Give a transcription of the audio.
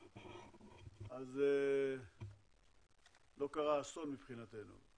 אז לא קרה אסון מבחינתנו.